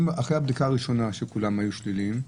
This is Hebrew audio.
אחרי הבדיקה הראשונה שכולם היו שליליים?